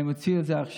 והם הוציאו את זה עכשיו.